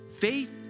faith